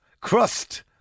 Crust